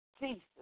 Jesus